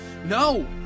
No